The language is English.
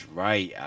right